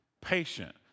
patient